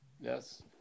Yes